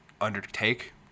undertake